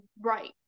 Right